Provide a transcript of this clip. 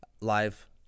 live